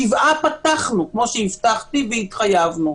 שבעה פתחנו כמו שהבטחתי, והתחייבנו.